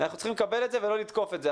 אנחנו צריכים לקבל את זה ולא לתקף את זה.